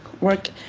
work